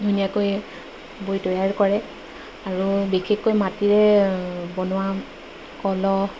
ধুনীয়াকৈ বৈ তৈয়াৰ কৰে আৰু বিশেষকৈ মাটিৰে বনোৱা কলহ